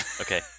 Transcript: okay